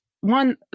one